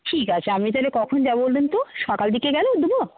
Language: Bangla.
ঠিক আছে আমি তাহলে কখন যাব বলুন তো সকাল দিকে দেবো